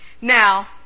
Now